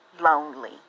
lonely